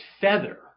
feather